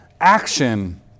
action